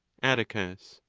atticus.